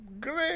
Great